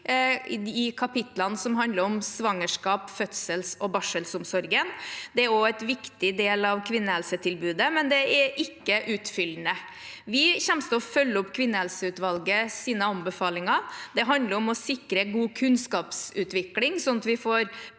i kapitlene som handler om svangerskaps-, fødsels- og barselomsorgen. Det er også en viktig del av kvinnehelsetilbudet, men det er ikke utfyllende. Vi kommer til å følge opp kvinnehelseutvalgets anbefalinger. Det handler om å sikre god kunnskapsutvikling, sånn at vi får